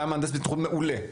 היה מהנדס בטיחות מעולה,